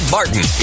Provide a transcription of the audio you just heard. Martin